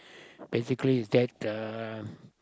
basically is that uh